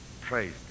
Praise